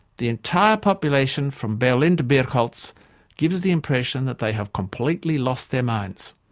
the entire population from berlin to birkholz gives the impression that they have completely lost their minds.